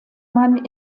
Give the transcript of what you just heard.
man